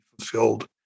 fulfilled